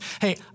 hey